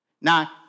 Now